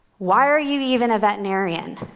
why are you even a veterinarian?